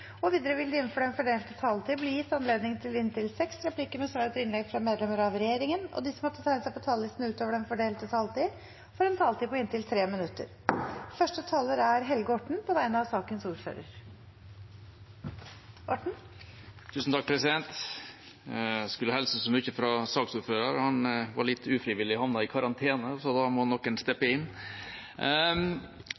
Videre vil det –innenfor den fordelte taletid – bli gitt anledning til inntil seks replikker med svar etter innlegg fra medlemmer av regjeringen, og de som måtte tegne seg på talerlisten utover den fordelte taletid, får også en taletid på inntil 3 minutter.